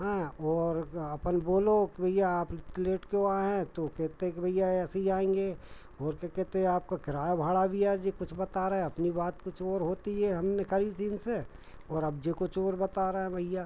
हाँ ओर आपन बोलो कि भैया आप इतनी लेट क्यों आए हैं तो वह केहते कि भैया ऐसे ही आएँगे हो रहा क्या कहते आपका किराया भाड़ा भी यार यह कुछ बता रहे अपनी बात कुछ और होती है हमने करी थी इनसे और अब जो कुछ और बता रहे है भैया